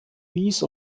wies